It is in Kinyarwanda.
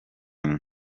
imwe